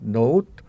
note